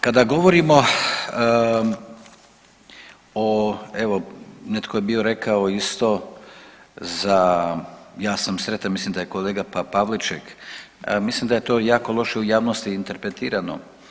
Kada govorimo o evo netko je bio rekao isto za, ja sam sretan mislim da je kolega Pavliček, mislim da to jako loše u javnosti interpretirano.